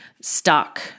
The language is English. stuck